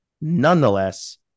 nonetheless